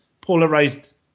polarized